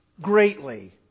greatly